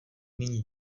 nyní